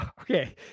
Okay